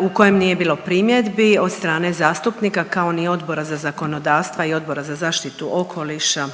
u kojem nije bilo primjedbi od strane zastupnika kao ni Odbora za zakonodavstvo i Odbora za zaštitu okoliša